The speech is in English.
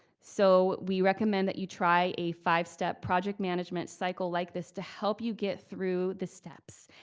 so we recommend that you try a five-step project management cycle like this to help you get through the steps.